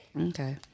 Okay